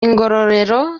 ngororero